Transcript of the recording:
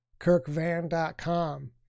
kirkvan.com